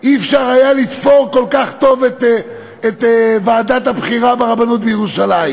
לא היה אפשר לתפור כל כך טוב את ועדת הבחירה לרבנות בירושלים.